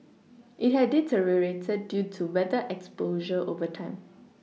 it had deteriorated due to weather exposure over time